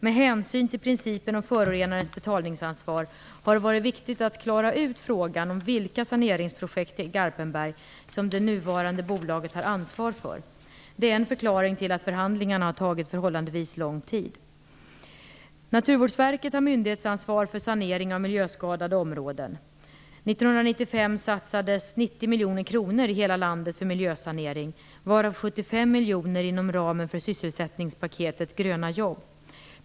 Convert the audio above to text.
Med hänsyn till principen om förorenarens betalningsansvar har det varit viktigt att klara ut vilka saneringsobjekt i Garpenberg som det nuvarande bolaget har ansvar för. Det är en förklaring till att förhandlingarna har tagit förhållandevis lång tid. Naturvårdsverket har myndighetsansvar för sanering av miljöskadade områden. År 1995 satsades 90 miljoner kronor i hela landet för miljösanering, varav Gröna jobb.